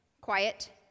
quiet